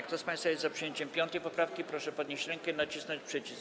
Kto z państwa jest za przyjęciem 5. poprawki, proszę podnieść rękę i nacisnąć przycisk.